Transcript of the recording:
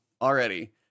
already